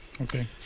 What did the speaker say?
Okay